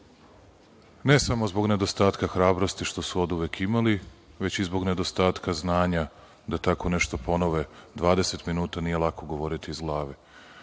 ne samo zbog nedostatka hrabrosti što su oduvek imali, već i zbog nedostatka znanja da tako nešto ponove, 20 minuta nije lako govoriti iz